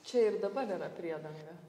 čia ir dabar yra priedanga